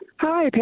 Hi